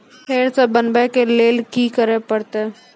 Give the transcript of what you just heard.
फेर सॅ बनबै के लेल की करे परतै?